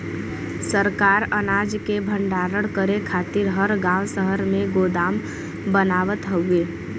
सरकार अनाज के भण्डारण करे खातिर हर गांव शहर में गोदाम बनावत हउवे